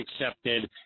accepted